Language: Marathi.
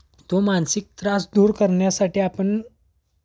तो मानसिक त्रास दूर करण्यासाठी आपण